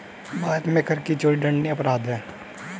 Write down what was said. भारत में कर की चोरी दंडनीय अपराध है